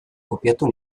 kopiatu